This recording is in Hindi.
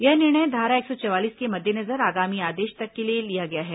यह निर्णय धारा एक सौ चवालीस के मद्देनजर आगामी आदेश तक के लिए लिया गया है